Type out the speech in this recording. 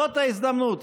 זאת ההזדמנות.